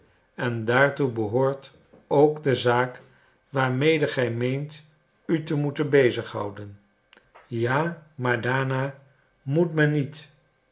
en daartoe behoort ook de zaak waarmede gij meent u te moeten bezig houden ja maar dana moet men niet